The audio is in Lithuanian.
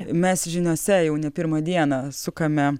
mes žiniose jau ne pirmą dieną sukame